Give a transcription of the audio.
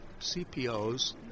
CPOs